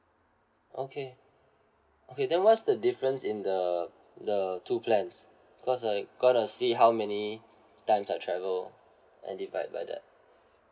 okay okay then what's the difference in the the two plans because I gonna see how many times I travel and divide by that